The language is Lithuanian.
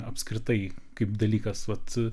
apskritai kaip dalykas vat